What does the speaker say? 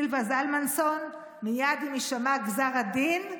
לכן, סילבה זלמנסון, מייד עם הישמע גזר הדין,